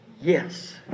Yes